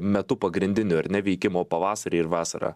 metu pagrindiniu ar ne veikimo pavasarį ir vasarą